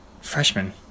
freshman